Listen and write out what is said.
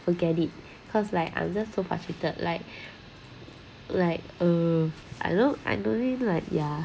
forget it cause like I'm just so frustrated like like uh I don't I don't really like ya